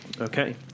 Okay